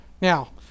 now